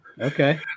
okay